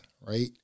right